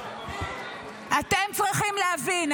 --- אתם צריכים להבין,